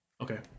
Okay